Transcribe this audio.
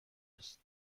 است